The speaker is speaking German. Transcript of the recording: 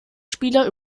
spieler